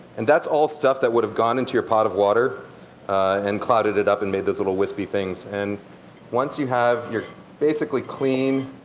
and that's all stuff that would have gone into your pot of water and clotted it up and made those little wispy things. and once you have your basically clean,